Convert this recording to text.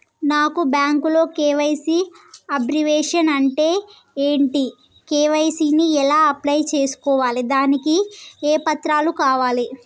నాకు బ్యాంకులో KYC abbreviation అంటే ఏంటి కే.వై.సీ ని ఎలా అప్లై చేసుకోవాలి దానికి ఏ పత్రాలు కావాలి?